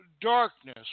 darkness